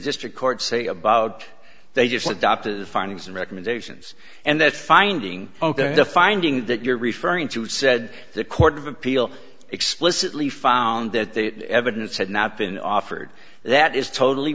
district court say about they just adopted the findings and recommendations and that finding the finding that you're referring to said the court of appeal explicitly found that the evidence had not been offered that is totally